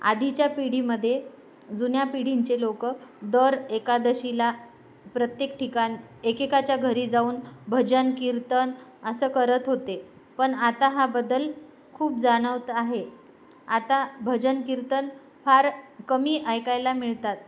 आधीच्या पिढीमध्ये जुन्या पिढीचे लोक दर एकादशीला प्रत्येक ठिकाण एकेकाच्या घरी जाऊन भजन कीर्तन असं करत होते पण आता हा बदल खूप जाणवत आहे आता भजन कीर्तन फार कमी ऐकायला मिळतात